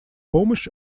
помощь